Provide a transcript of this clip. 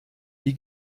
die